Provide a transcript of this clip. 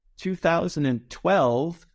2012